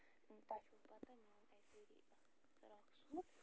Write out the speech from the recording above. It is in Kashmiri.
تۄہہِ چھُو پتہ مےٚ اوٚن اکہِ ؤرِیہِ فِراک سوٗٹ